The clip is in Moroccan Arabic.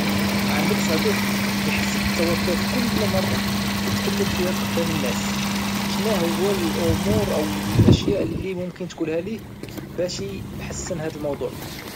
عندك صديق كيحس بالتوتر فكل مرة كيتكلم فيها قدام الناس شنا هو الامور او الاشياء اللي ممكن تقولها له باش احسن هاد الموضوع؟